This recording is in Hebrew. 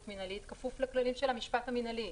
מנהלית כפוף לכללים של המשפט המנהלי.